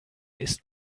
ist